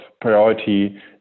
priority